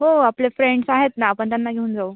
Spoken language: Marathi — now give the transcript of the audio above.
हो आपले फ्रेंड्स आहेत ना आपण त्यांना घेऊन जाऊ